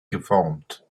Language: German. geformt